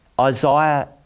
Isaiah